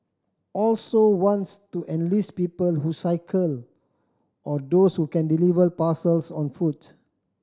also wants to enlist people who cycle or those who can deliver parcels on foot